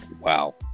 Wow